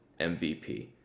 MVP